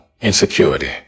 insecurity